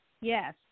yes